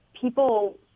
people